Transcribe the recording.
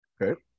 Okay